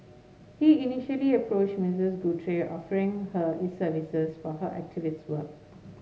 he initially approached Misses Guthrie offering her his services for her activists work